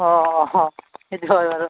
অঁ অঁ সেইটো হয় বাৰু